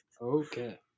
Okay